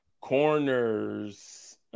corners